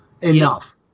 Enough